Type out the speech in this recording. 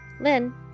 Lynn